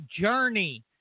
journey